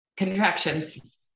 contractions